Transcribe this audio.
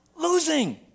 Losing